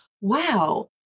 wow